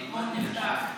בעקבות מבצע,